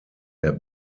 der